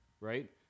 right